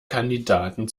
kandidaten